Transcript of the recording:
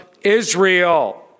Israel